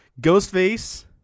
Ghostface